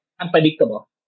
unpredictable